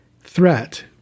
threat